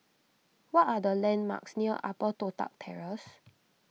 what are the landmarks near Upper Toh Tuck Terrace